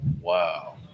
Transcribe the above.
Wow